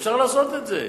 אפשר לעשות את זה.